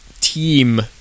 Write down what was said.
team